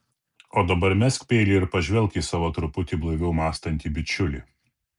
o dabar mesk peilį ir pažvelk į savo truputį blaiviau mąstantį bičiulį